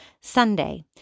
Sunday